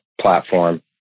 platform